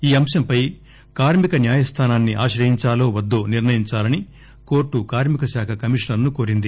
ఈ అంశంపై కార్మిక న్యాయస్థానాన్ని ఆశ్రయించాలో వద్దో నిర్ణయించాలని కోర్టు కార్మిక శాఖ కమిషనర్ ను కోరింది